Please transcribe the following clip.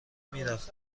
میرفت